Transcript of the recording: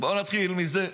בוא נתחיל מזה.